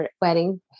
Wedding